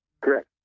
Correct